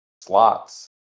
slots